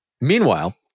Meanwhile